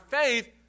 faith